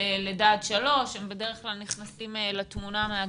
לידה עד שלוש כי בדרך כלל הם נכנסים לתמונה מהגנים,